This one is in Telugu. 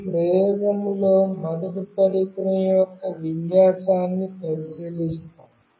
ఈ ప్రయోగంలో మొదట పరికరం యొక్క విన్యాసాన్ని పరిశీలిస్తుంది